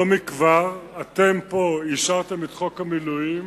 לא מכבר אתם פה אישרתם את חוק המילואים,